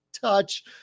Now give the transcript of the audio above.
touch